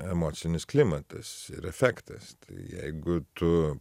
emocinis klimatas ir efektas jeigu tu